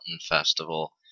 Festival